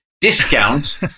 Discount